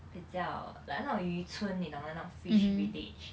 比较 like 那种渔村你懂那种 fish village